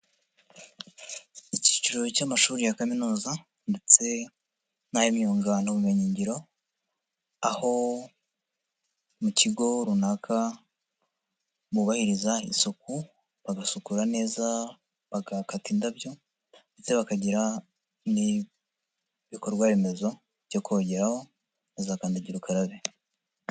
Icyiciro cy'amashuri ya kaminuza ndetse n'ay'imyungani n'ubumenyi ngiro, aho mu kigo runaka bubahiriza isuku bagasukura neza, bagakata indabyo ndetse bakagira n'ibikorwaremezo byo kogeraho na kandagira ukararabe.